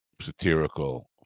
satirical